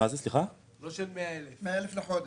לא במחזור של 100,000 לחודש.